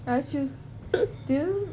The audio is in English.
I ask you do you